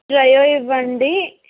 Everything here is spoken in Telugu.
ట్రయో ఇవ్వండి